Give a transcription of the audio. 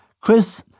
Chris